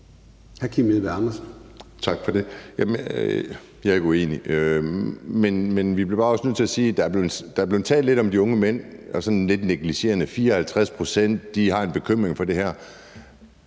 Kim Edberg Andersen (DD): Tak for det. Jeg er ikke uenig. Men vi bliver også bare nødt til at sige, at der er blevet talt lidt om de unge mænd, sådan lidt negligerende, om at 54 pct. har en bekymring for det her.